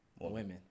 women